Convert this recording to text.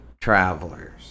travelers